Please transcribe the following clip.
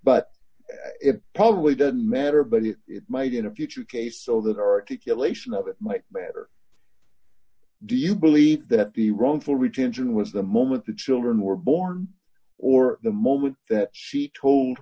but it probably doesn't matter but it might in a future case so that articulation of it might better do you believe that the wrongful retention was the moment the children were born or the moment that she told